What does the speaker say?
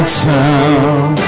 sound